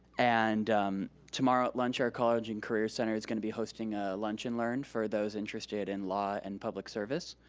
and tomorrow at lunch, our college and career center is gonna be hosting a lunch and learn for those interested in law and public service.